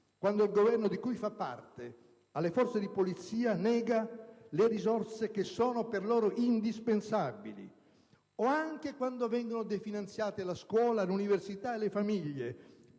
quando il Governo di cui fa parte nega alle forze di polizia le risorse che sono loro indispensabili o quando vengono defìnanziate scuola, università e famiglie,